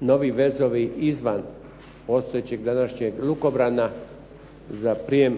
novi vezovi izvan postojećeg današnjeg lukobrana za prijem